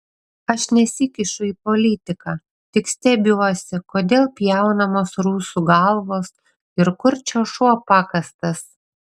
aš nesikišu į politiką tik stebiuosi kodėl pjaunamos rusų galvos ir kur čia šuo pakastas